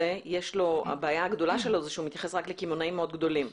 היא שהוא מתייחס רק לקמעונאים מאוד גדולים.